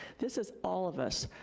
this is all of us,